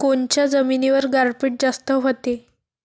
कोनच्या जमिनीवर गारपीट जास्त व्हते?